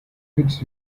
fits